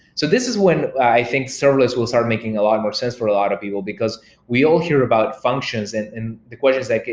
so this is when i think serverless will start making a lot more sense for a lot of people, because we all hear about functions and and the question is like,